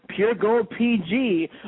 PureGoldPG